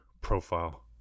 profile